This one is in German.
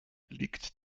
liegt